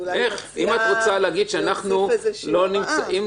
את צריכה להוסיף לזה איזושהי הוראה.